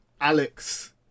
Alex